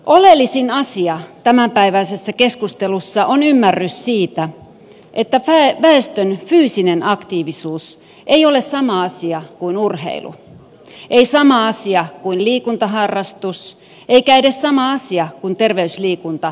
oleellisin asia tämänpäiväisessä keskustelussa on ymmärrys siitä että väestön fyysinen aktiivisuus ei ole sama asia kuin urheilu ei sama asia kuin liikuntaharrastus eikä edes sama asia kuin terveysliikunta tai kuntoilu